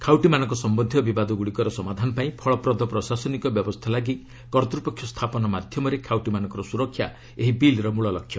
ଖାଉଟିମାନଙ୍କ ସମ୍ପନ୍ଧୀୟ ବିବାଦଗୁଡ଼ିକର ସମାଧାନ ପାଇଁ ଫଳପ୍ରଦ ପ୍ରଶାସନୀକ ବ୍ୟବସ୍ଥା ଲାଗି କର୍ତ୍ତ୍ୱପକ୍ଷ ସ୍ଥାପନ ମାଧ୍ୟମରେ ଖାଉଟିମାନଙ୍କର ସୁରକ୍ଷା ଏହି ବିଲ୍ର ମୂଳ ଲକ୍ଷ୍ୟ